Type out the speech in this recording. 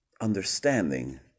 understanding